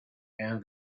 and